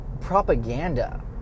propaganda